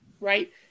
right